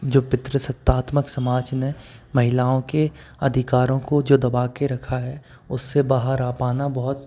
जो पित्रसतात्मक समाज ने महिलाओं के अधिकारों को जो दबाकर रखा है उससे बाहर आ पाना बहुत